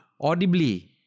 audibly